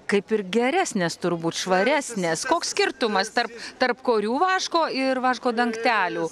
kaip ir geresnės turbūt švaresnės koks skirtumas tarp tarp korių vaško ir vaško dangtelių